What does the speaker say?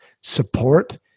support